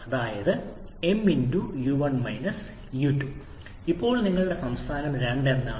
അതായത് 𝑚 𝑢1 𝑢2 ഇപ്പോൾ നിങ്ങളുടെ സംസ്ഥാനം 2 എന്താണ്